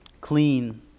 clean